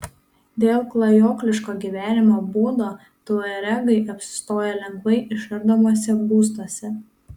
dėl klajokliško gyvenimo būdo tuaregai apsistoja lengvai išardomuose būstuose